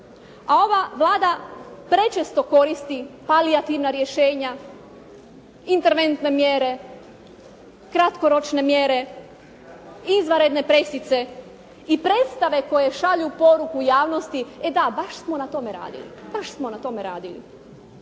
a ova Vlada prečesto koristi palijativna rješenja, interventne mjere, kratkoročne mjere, izvanredne presice i predstave koje šalju poruku javnosti: E da, baš smo na tome radili.